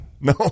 no